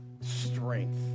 strength